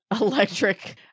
electric